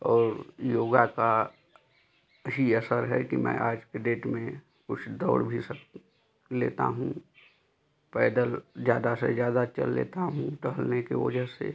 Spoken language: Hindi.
और योगा का ही असर है कि मैं आज के डेट में कुछ दौड़ भी लेता हूँ पैदल ज़्यादा से ज़्यादा चल लेता हूँ टहलने के वजह से